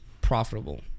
profitable